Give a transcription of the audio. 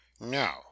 Now